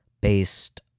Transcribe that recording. based